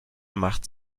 machte